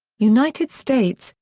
united states,